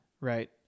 right